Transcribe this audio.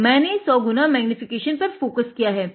तो मैंने 100 गुना मैग्नीफिकेशन पर फोकस किया है